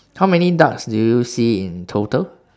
how many ducks do you see in total